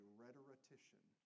rhetorician